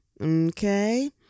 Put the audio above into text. okay